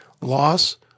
loss